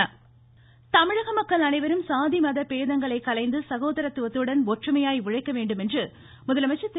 முதலமைச்சர் தமிழக மக்கள் அனைவரும் சாதி மத பேதங்களை களைந்து சகோதரத்துவத்துடன் ஒற்றுமையாய் உழைக்க வேண்டும் என்று முதலமைச்சர் திரு